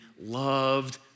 loved